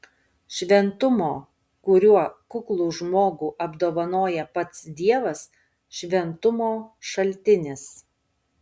šventumo kuriuo kuklų žmogų apdovanoja pats dievas šventumo šaltinis